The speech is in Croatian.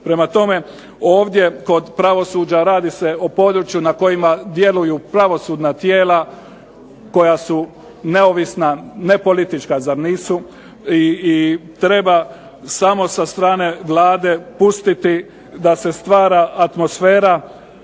Prema tome, ovdje kod pravosuđa radi se o području na kojima djeluju pravosudna tijela koja su neovisna, nepolitička. Zar nisu? I treba samo sa strane Vlade pustiti da se stvara atmosfera,